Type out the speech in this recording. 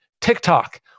TikTok